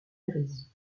hérésie